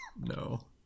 No